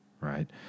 right